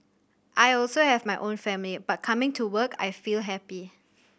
I also have my own family but coming to work I feel happy